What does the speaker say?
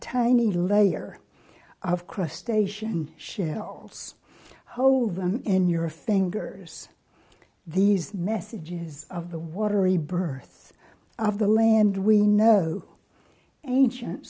tiny layer of crustacean shells hold them in your fingers these messages of the watery birth of the land we know ancient